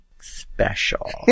special